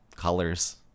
colors